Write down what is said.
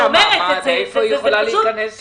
איך היא יכולה להיכנס לזה?